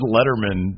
Letterman